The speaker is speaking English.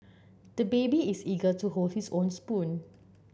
the baby is eager to hold his own spoon